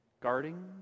Guarding